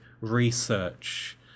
research